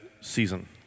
season